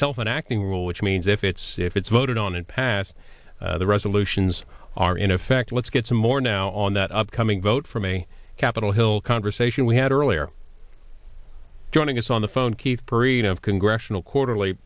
phone acting rule which means if it's if it's voted on and passed the resolutions are in effect let's get some more now on that upcoming vote for me capitol hill conversation we had earlier joining us on the phone keith perino of congressional quarterly